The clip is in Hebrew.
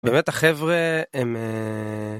באמת החברה הם.